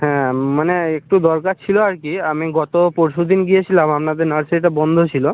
হ্যাঁ মানে একটু দরকার ছিল আর কি আমি গত পরশু দিন গিয়েছিলাম আপনাদের নার্সারিটা বন্ধ ছিল